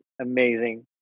amazing